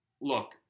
look